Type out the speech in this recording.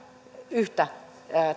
yhtä